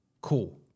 Cool